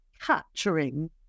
capturing